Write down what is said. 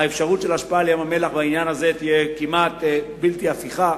האפשרות של השפעה על ים-המלח בעניין הזה תהיה כמעט בלתי הפיכה.